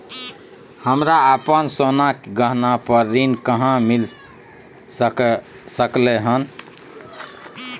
हमरा अपन सोना के गहना पर ऋण कहाॅं मिल सकलय हन?